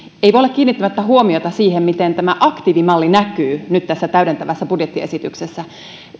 ei voi olla kiinnittämättä huomiota siihen miten aktiivimalli näkyy nyt tässä täydentävässä budjettiesityksessä